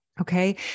Okay